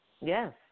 Yes